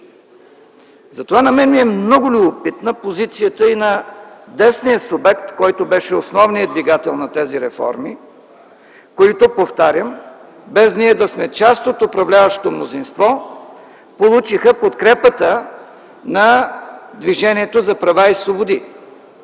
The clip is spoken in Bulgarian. Затова на мен ми е много любопитна позицията и на десния субект, който беше основният двигател на тези реформи, които, повтарям, без ние да сме част от управляващото мнозинство, получиха подкрепата на Движението за права и свободи.